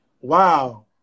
Wow